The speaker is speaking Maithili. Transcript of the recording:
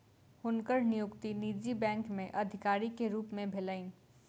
हुनकर नियुक्ति निजी बैंक में अधिकारी के रूप में भेलैन